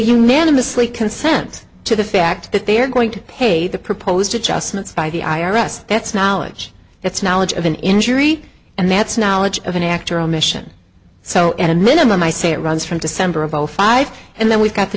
unanimously consent to the fact that they're going to pay the proposed to justice by the i r s that's knowledge that's knowledge of an injury and that's knowledge of an actor omission so at a minimum i say it runs from december of zero five and then we've got the